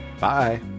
Bye